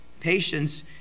patience